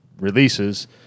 releases